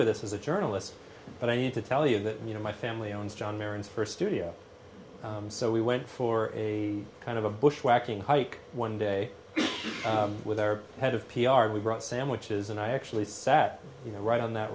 with us as a journalist but i need to tell you that you know my family owns john marin's first studio so we went for a kind of a bushwhacking hike one day with our head of p r we brought sandwiches and i actually sat right on that